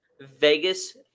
Vegas